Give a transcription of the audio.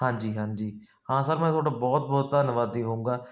ਹਾਂਜੀ ਹਾਂਜੀ ਹਾਂ ਸਰ ਮੈਂ ਤੁਹਾਡਾ ਬਹੁਤ ਬਹੁਤ ਧੰਨਵਾਦੀ ਹੋਵਾਂਗਾ